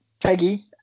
Peggy